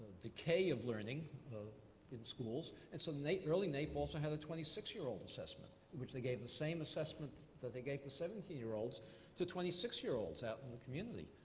decay of learning in schools and so early naep also had a twenty six year old assessment, which they gave the same assessment that they gave to seventeen year olds to twenty six year olds out in the community,